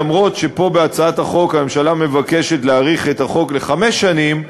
אף-על-פי שבהצעת החוק פה הממשלה מבקשת להאריך את תוקף החוק בחמש שנים,